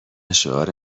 شعار